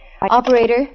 Operator